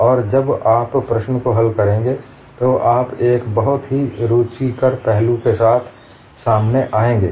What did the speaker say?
और जब आप प्रश्न को हल करेंगे तो आप एक बहुत ही रूचिकर पहलू के साथ सामने आएंगे